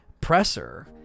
presser